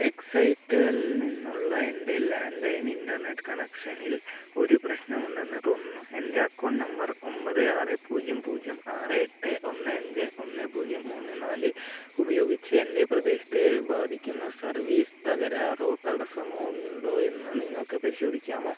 എക്സൈറ്റൽ നിന്നുള്ള എൻ്റെ landline internet കണക്ഷനിൽ ഒരു പ്രശ്നമുണ്ടെന്ന് തോന്നുന്നു എൻ്റെ അക്കൗണ്ട് നമ്പർ ഒൻപത് ആറ് പൂജ്യം പൂജ്യം ആറ് എട്ട് ഒന്ന് അഞ്ച് ഒന്ന് പൂജ്യം മൂന്ന് നാല് ഉപയോഗിച്ച് എൻ്റെ പ്രദേശത്തെ ബാധിക്കുന്ന സർവീസ് തകരാറോ തടസ്സമോ ഉണ്ടോയെന്ന് നിങ്ങൾക്ക് പരിശോധിക്കാമോ